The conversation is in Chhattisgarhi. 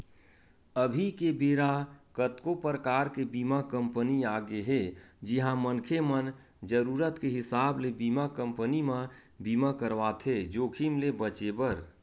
अभी के बेरा कतको परकार के बीमा कंपनी आगे हे जिहां मनखे मन जरुरत के हिसाब ले बीमा कंपनी म बीमा करवाथे जोखिम ले बचें बर